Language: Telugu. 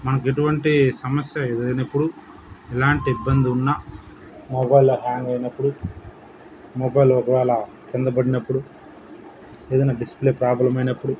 మనకి ఎటువంటి సమస్య ఎదురైనప్పుడు ఎలాంటి ఇబ్బంది ఉన్న మొబైల్లో హ్యాంగ్ అయినప్పుడు మొబైల్ ఒకవేళ కింద పడినప్పుడు ఏదైనా డిస్ప్లే ప్రాబ్లం అయినప్పుడు